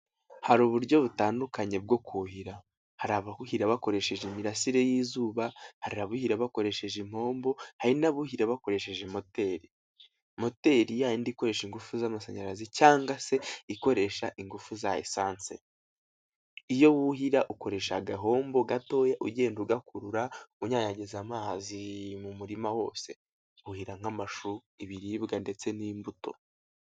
Hari uburyo butandukanye bwo kuhira. Hari abuhira bakoresheje imirasire y'izuba, hari abuhira bakoresheje impombo, hari n'abuhira bakoresheje moteri. Moteri yayindi ikoresha ingufu z'amashanyarazi cyangwa se ikoresha ingufu za esance. Iyo wuhira ukoresha agahombo gatoya ugenda ugakurura, unyanyagiza amazi mu murima wose. Wuhira nk'amashu, ibiribwa ndetse n'imbuto.